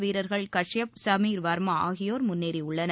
வீரர்கள் காஷ்யப் சமீர் வர்மா ஆகியோர் முன்னேறியுள்ளனர்